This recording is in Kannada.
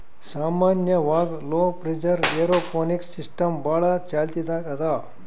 ಸಾಮಾನ್ಯವಾಗ್ ಲೋ ಪ್ರೆಷರ್ ಏರೋಪೋನಿಕ್ಸ್ ಸಿಸ್ಟಮ್ ಭಾಳ್ ಚಾಲ್ತಿದಾಗ್ ಅದಾ